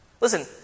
Listen